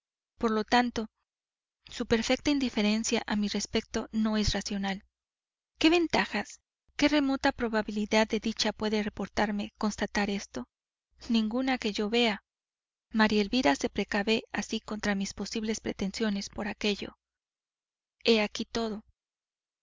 por lo tanto su perfecta indiferencia a mi respecto no es racional qué ventajas qué remota probabilidad de dicha puede reportarme constatar esto ninguna que yo vea maría elvira se precave así contra mis posibles pretensiones por aquello he aquí todo